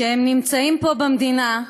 שנמצאים פה במדינה,